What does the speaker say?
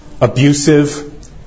abusive